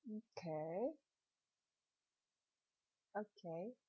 okay okay